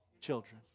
children